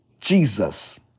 Jesus